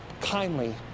kindly